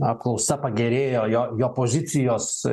apklausa pagerėjo jo jo pozicijos